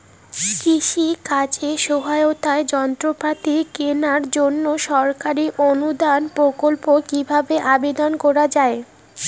কৃষি কাজে সহায়তার যন্ত্রপাতি কেনার জন্য সরকারি অনুদান প্রকল্পে কীভাবে আবেদন করা য়ায়?